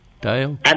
Dale